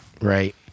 Right